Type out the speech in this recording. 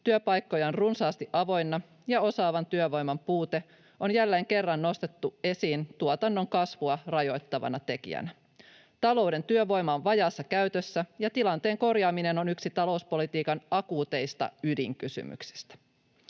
työpaikkoja on runsaasti avoinna ja osaavan työvoiman puute on jälleen kerran nostettu esiin tuotannon kasvua rajoittavana tekijänä. Talouden työvoima on vajaassa käytössä, ja tilanteen korjaaminen on yksi talouspolitiikan akuuteista ydinkysymyksistä.”